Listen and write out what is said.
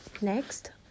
Next